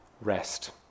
rest